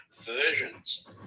versions